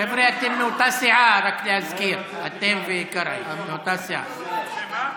חבר'ה, אתם מאותה סיעה,